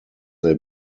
they